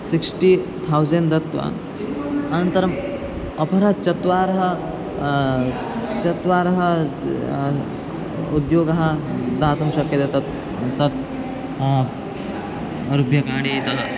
sixty thousand दत्वा अनन्तरम् अपरः चत्वारः चत्वारः ज् उद्योगः दातुं शक्यते तत् तत् रूप्यकाणि तः